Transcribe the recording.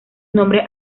nombres